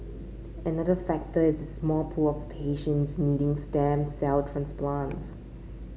another factor is the small pool of patients needing stem cell transplants